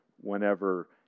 whenever